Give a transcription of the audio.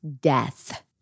Death